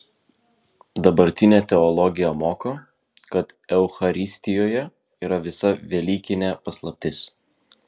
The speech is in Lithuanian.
dabartinė teologija moko kad eucharistijoje yra visa velykinė paslaptis